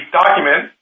document